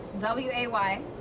w-a-y